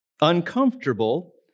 Uncomfortable